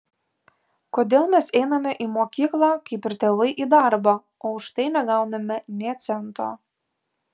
kodėl mes einame į mokyklą kaip ir tėvai į darbą o už tai negauname nė cento